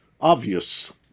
obvious